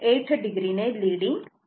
8 o ने leading आहे